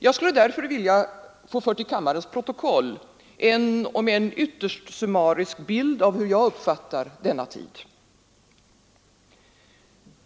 Jag skulle därför vilja få fört till kammarens protokoll en om än ytterst summarisk bild av hur jag uppfattar denna tid.